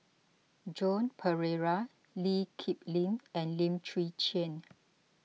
Joan Pereira Lee Kip Lin and Lim Chwee Chian